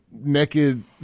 naked